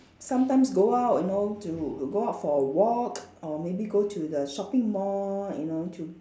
sometimes go out you know to go out for a walk or maybe go to the shopping mall you know to